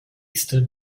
stood